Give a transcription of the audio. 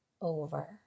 over